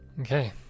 Okay